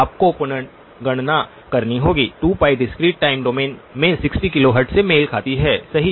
आपको पुनर्गणना करनी होगी 2π डिस्क्रीट टाइम डोमेन में 60 किलोहर्ट्ज़ से मेल खाती है सही